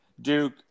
Duke